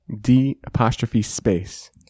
D-apostrophe-space